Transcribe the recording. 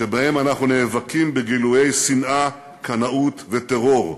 שבהם אנחנו נאבקים בגילויי שנאה, קנאות וטרור,